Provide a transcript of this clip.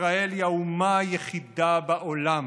"ישראל היא האומה היחידה בעולם